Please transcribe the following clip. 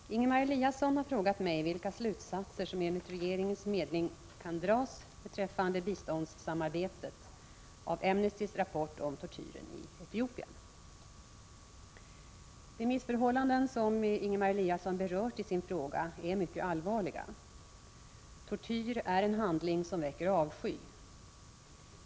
Fru talman! Ingemar Eliasson har frågat mig vilka slutsatser som enligt regeringens mening kan dras beträffande biståndssamarbetet av Amnestys rapport om tortyren i Etiopien. De missförhållanden som Ingemar Eliasson berört i sin fråga är mycket allvarliga. Tortyr är en handling som väcker avsky.